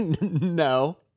No